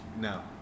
No